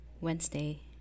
Wednesday